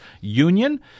Union